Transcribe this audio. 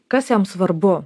kas jam svarbu